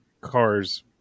cars